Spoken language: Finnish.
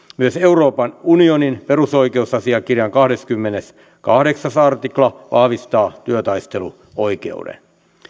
myös euroopan unionin perusoikeusasiakirjan kahdeskymmeneskahdeksas artikla vahvistaa työtaisteluoikeuden